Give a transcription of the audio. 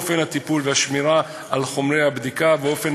אופן הטיפול והשמירה על חומר הבדיקה ואופן